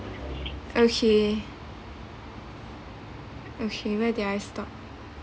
okay okay where did I stop